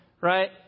Right